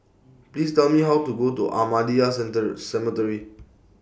Please Tell Me How to Go to Ahmadiyya Center Cemetery